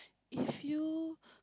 if you